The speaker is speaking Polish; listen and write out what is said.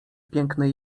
pięknej